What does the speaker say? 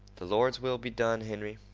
the lord's will be done, henry,